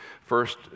First